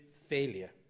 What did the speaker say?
failure